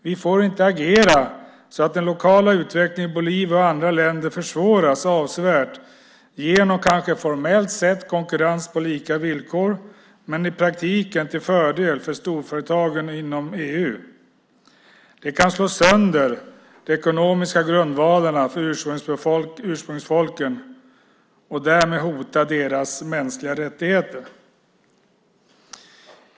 Vi får inte agera så att den lokala utvecklingen i Bolivia och andra länder försvåras avsevärt genom något som kanske formellt sett är konkurrens på lika villkor men i praktiken till fördel för storföretagen inom EU. Det kan slå sönder de ekonomiska grundvalarna för ursprungsfolken och därmed hota deras mänskliga rättigheter.